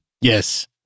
Yes